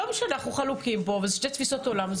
אנחנו חלוקים כאן ואלה שתי תפיסות עולם.